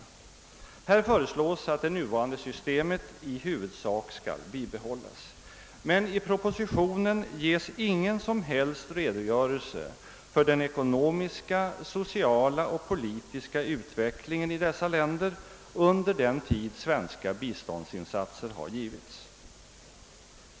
Därvidlag föreslås att det nuvarande systemet i huvudsak skall bibehållas, men i propositionen ges ingen som helst redogörelse för den ekonomiska, sociala och politiska utvecklingen i dessa länder under den tid svenska biståndsinsatser har gjorts.